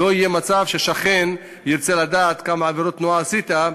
לא יהיה מצב ששכן ירצה לדעת כמה עבירות תנועה עשית,